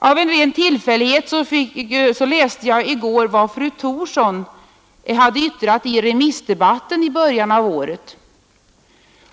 Av en ren tillfällighet läste jag i går vad fru Thorsson hade yttrat i remissdebatten i början av året.